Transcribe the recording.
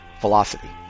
velocity